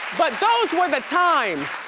but those were the times.